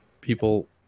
people